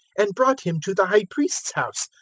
and brought him to the high priest's house,